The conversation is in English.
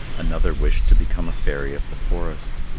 another wished to become a fairy of the forest.